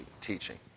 teaching